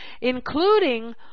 including